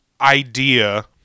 idea